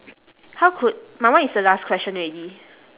how could my one is the last question already